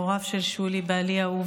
הוריו של שולי בעלי האהוב,